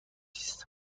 است